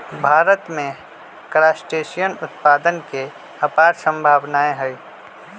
भारत में क्रस्टेशियन उत्पादन के अपार सम्भावनाएँ हई